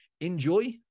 Enjoy